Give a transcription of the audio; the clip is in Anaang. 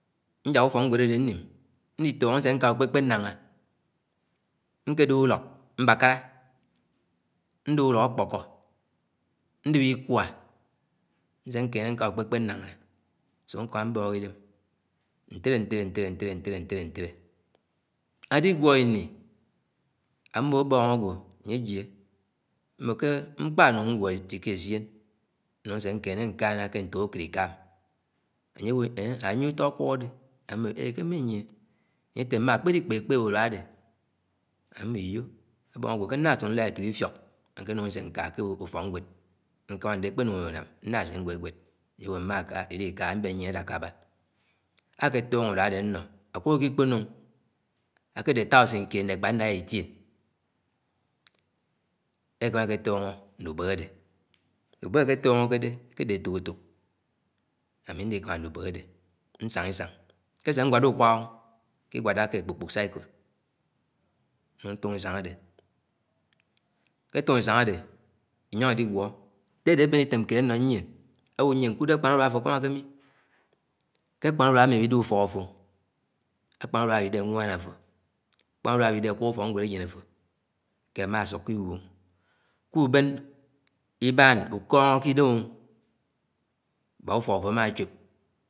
. Nják ufọknwed àdé ñnim nnitóngo nsénƙa ukpékpe nnãñga, nƙedép ulọk m̃bãƙara, ndep ulọk akpọkọ, ndep ikwa nsé nkẽné nƙaa úkpekpe ñnãñga ñsúk ñkẽmã mbọk idẽm ntẽlẽ ntẽlẽ ntẽlẽ. Álígúo iñi ámmõ ãbõng ágwo añye nyíe ám̃m̃oke mkpañung ñfiké éssien núng nsé ñkéñe nƙaña ƙe ntók ákriká-am, añye áwõ eh’ ányie, anye mma akpélí kpékpé ùrúa adẽ ammo ‘Iyó abongagwo ké nlásúk, nlád etok ifiok akenungo ise nká ke ùfọkñwed nkámá ndé ekpénúng énám nlase nwed-nwed anye aben nyien adáka Aba. Akětọñgo urúa adé ánọ, àkúk ‘Ikiapónó akédétáusin kéed ne èkpad nawa itíon-ekámá eké tọngọ nnubéhé adé Nñubéhé éhé tóngókédé àkẽdẽ etók efók. Ámi nni-kámá múbehé adé ñsánga ‘Isang, nƙe se nwód ke ùƙwak nkinwada ke ákpọk-kpõk-áyde núng ñtóngo isáng adé inyongo íligúọ, ètté adé aben ‘itém kéed ano nyǐen, áwó ñyǐen úkúdẽ àkpanùrúa afo àkam̃akémǐ, ké àkpanurúa ami wì-idẽ úfọk àfó, àkpanùrúa awì-idẽ àkuƙ ùfokñwere àjén àfó ké àmá àsúkó iwúo. Kuɓen iḅan ùƙongo kè ‘Idem mbaak ùfọk àfó ama chõp.